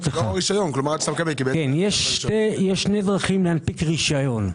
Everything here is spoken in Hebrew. יש שתי דרכים להנפיק רשיון.